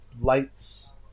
lights